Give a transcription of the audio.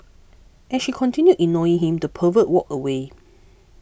as she continued ignoring him the pervert walked away